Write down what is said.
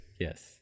yes